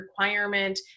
requirement